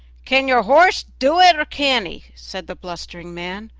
can your horse do it, or can't he? said the blustering man.